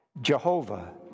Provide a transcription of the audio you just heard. Jehovah